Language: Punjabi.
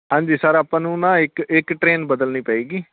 ਹਾਂਜੀ ਸਰ ਆਪਾਂ ਨੂੰ ਨਾ ਇੱਕ ਇੱਕ ਟਰੇਨ ਬਦਲਨੀ ਪਏਗੀ